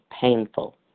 painful